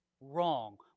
wrong